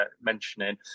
mentioning